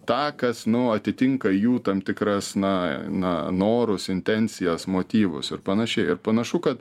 tą kas nu atitinka jų tam tikras na na norus intencijas motyvus ir panašiai ir panašu kad